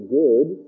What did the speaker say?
good